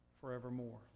forevermore